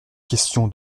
question